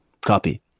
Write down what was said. copy